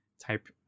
type